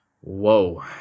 whoa